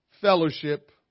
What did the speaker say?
fellowship